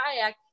kayak